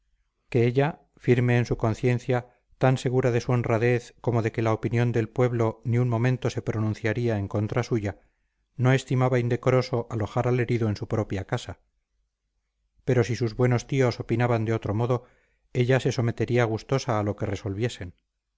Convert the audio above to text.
que ella firme en su conciencia tan segura de su honradez como de que la opinión del pueblo ni un momento se pronunciaría en contra suya no estimaba indecoroso alojar al herido en su propia casa pero si sus buenos tíos opinaban de otro modo ella se sometería gustosa a lo que resolviesen